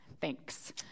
Thanks